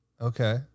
Okay